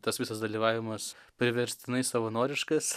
tas visas dalyvavimas priverstinai savanoriškas